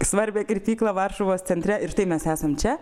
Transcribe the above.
svarbią kirpyklą varšuvos centre ir štai mes esam čia